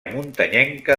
muntanyenca